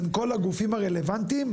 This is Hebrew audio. בין כל הגופים הרלוונטיים,